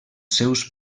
seus